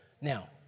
Now